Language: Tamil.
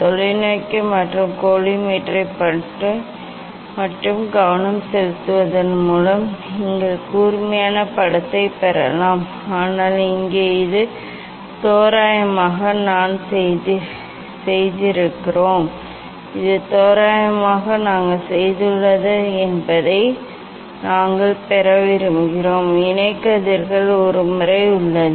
தொலைநோக்கி மற்றும் கோலிமேட்டரைப் பற்றி மட்டும் கவனம் செலுத்துவதன் மூலம் நீங்கள் கூர்மையான படத்தைப் பெறலாம் ஆனால் இங்கே இது தோராயமாக நாங்கள் செய்திருக்கிறோம் இது தோராயமாக நாங்கள் செய்துள்ளோம் படத்தை அடிப்படையில் பார்க்க ஆனால் நாம் பெற வேண்டும் இணை கதிர்கள் ஒரு முறை உள்ளது